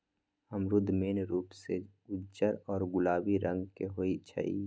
अमरूद मेन रूप से उज्जर या गुलाबी रंग के होई छई